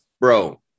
bro